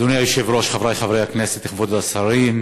אדוני היושב-ראש, חברי חברי הכנסת, כבוד השרים,